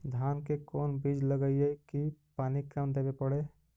धान के कोन बिज लगईऐ कि पानी कम देवे पड़े?